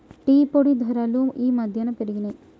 tea పొడి ధరలు ఈ మధ్యన పెరిగినయ్